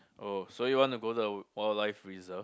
oh so you want to go to the wild life reserve